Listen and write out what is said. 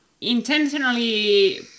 intentionally